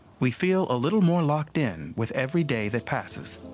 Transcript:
we feel a little more locked in with every day that passes.